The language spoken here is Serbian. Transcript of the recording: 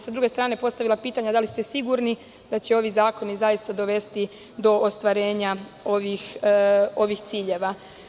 Sa druge strane bih postavila pitanje – da li ste sigurni da će ovi zakoni zaista dovesti do ostvarenja ovih ciljeva?